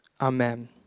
Amen